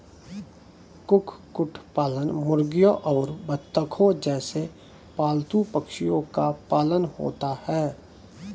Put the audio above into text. कुक्कुट पालन मुर्गियों और बत्तखों जैसे पालतू पक्षियों का पालन होता है